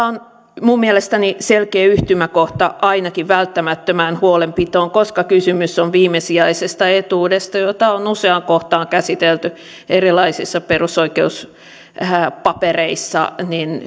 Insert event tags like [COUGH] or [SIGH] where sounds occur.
[UNINTELLIGIBLE] on minun mielestäni selkeä yhtymäkohta ainakin välttämättömään huolenpitoon koska kysymys on viimesijaisesta etuudesta jota on useaan kohtaan käsitelty erilaisissa perusoikeuspapereissa